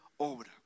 obra